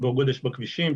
כמו גודש בכבישים,